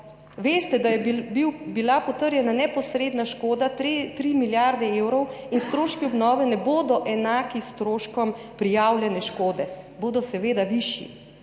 Veste, da je bila potrjena neposredna škoda 3 milijarde evrov in stroški obnove ne bodo enaki stroškom prijavljene škode, seveda bodo višji.